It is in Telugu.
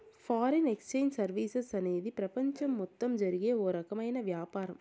ఫారిన్ ఎక్సేంజ్ సర్వీసెస్ అనేది ప్రపంచం మొత్తం జరిగే ఓ రకమైన వ్యాపారం